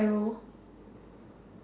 no